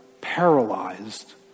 paralyzed